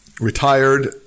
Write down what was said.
retired